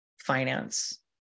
finance